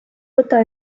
võta